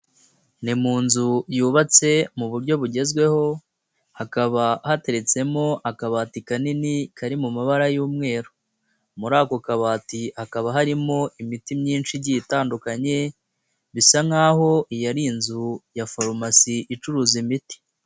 Ni mu nzu yubatse mu buryo bugezweho hakaba hateretsemo akabati kanini kari mu mabara y'umweru, muri ako kabati hakaba harimo imiti myinshi igiye itandukanye bisa nkaho iyi ari inzu ya farumasi icuruza imiti.